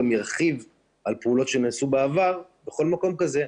גם ירחיב על פעולות שנעשו בעבר בכל מקום כזה,